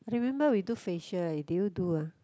I remember we do facial eh did you do ah